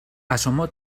asomó